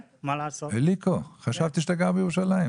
אין נציג של פיקוד העורף.